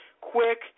quick